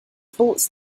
sports